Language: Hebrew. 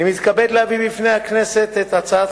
אני מתכבד להביא בפני הכנסת את הצעת